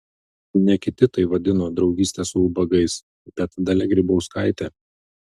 ne kiti tai vadino draugyste su ubagais bet dalia grybauskaitė